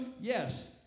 Yes